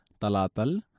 talatal